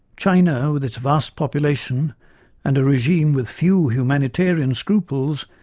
china, with its vast population and a regime with few humanitarian scruples,